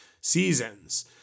seasons